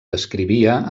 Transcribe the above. descrivia